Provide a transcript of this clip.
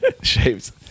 shapes